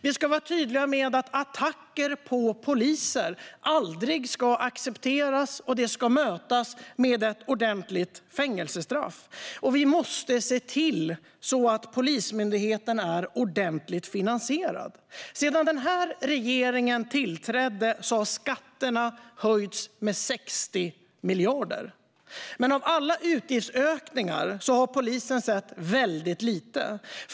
Vi ska vara tydliga med att attacker på poliser aldrig ska accepteras utan mötas med ett ordentligt fängelsestraff. Vi måste se till att Polismyndigheten är ordentligt finansierad. Sedan regeringen tillträdde har skatterna höjts med 60 miljarder. Men av alla utgiftsökningar har polisen sett väldigt lite.